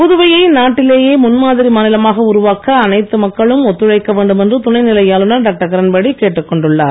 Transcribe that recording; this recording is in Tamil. புதுவையை நாட்டிலேயே முன்மாதிரி மாநிலமாக உருவாக்க அனைத்து மக்களும் ஒத்துழைக்க வேண்டும் என்று துணைநிலை ஆளுநர் டாக்டர் கிரண்பேடி கேட்டுக் கொண்டுள்ளார்